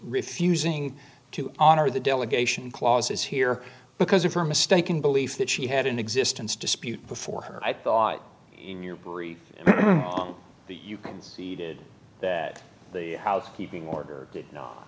refusing to honor the delegation clauses here because of her mistaken belief that she had an existence dispute before her and i thought in your home that you can see that the housekeeping order did not